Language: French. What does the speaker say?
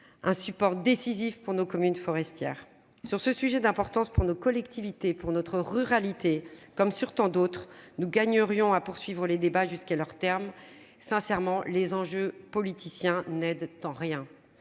un soutien décisif à ces communes. Sur ce sujet d'importance pour nos collectivités et pour notre ruralité, comme sur tant d'autres, nous gagnerions à poursuivre les débats jusqu'à leur terme : les jeux politiciens n'aident en rien.